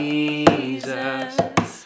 Jesus